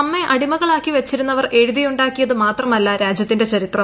നമ്മെ അടിമകളാക്കി വച്ചിരുന്നവർ എഴുതിയുണ്ടാക്കിയതു മാത്രമല്ല രാജ്യത്തിന്റെ ചരിത്രം